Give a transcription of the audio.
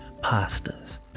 pastas